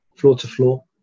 floor-to-floor